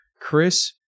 Chris